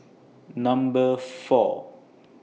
Number four